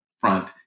front